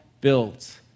built